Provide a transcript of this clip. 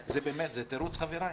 -- זה תירוץ, חבריי?